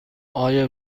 آیا